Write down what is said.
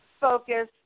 focus